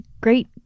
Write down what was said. great